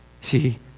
See